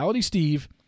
steve